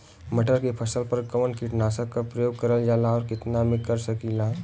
मटर के फसल पर कवन कीटनाशक क प्रयोग करल जाला और कितना में कर सकीला?